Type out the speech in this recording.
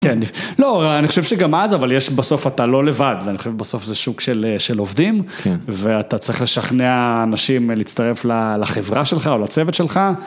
כן, לא, אני חושב שגם אז, אבל יש בסוף, אתה לא לבד ואני חושב שבסוף זה שוק של עובדים ואתה צריך לשכנע אנשים להצטרף לחברה שלך או לצוות שלך.